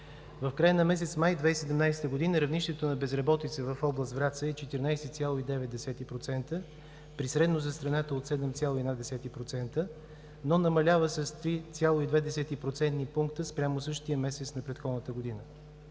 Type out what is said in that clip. В края на месец май 2017 г. равнището на безработица в област Враца е 14,9 % при средно за страната от 7,1%, но намалява с 3,2 процентни пункта спрямо същия месец на предходната година.